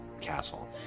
castle